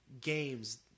games